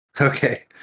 Okay